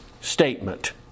statement